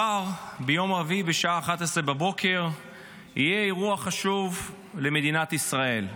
ביום רביעי בשעה 11:00 יהיה אירוע חשוב למדינת ישראל.